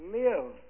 live